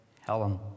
Helen